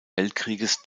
weltkrieges